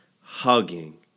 hugging